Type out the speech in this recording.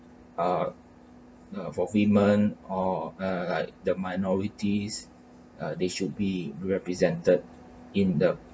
ah uh for women or uh like the minorities uh they should be represented in the